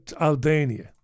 Albania